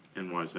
and why is that?